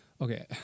okay